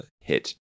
hit